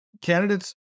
Candidates